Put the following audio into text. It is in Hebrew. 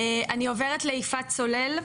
אני עוברת ליפעת סולל,